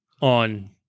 on